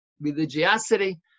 religiosity